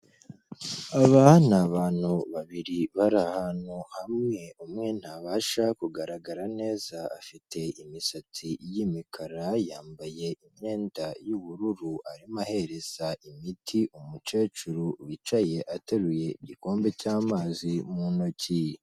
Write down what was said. Aba ni abantu babiri bari ahantu hamwe, umwe ntabasha kugaragara neza, afite imisatsi y'imikara, yambaye imyenda y'ubururu, arimo ahereza imiti umukecuru wicaye ateruye igikombe cy'amazi mu ntoki.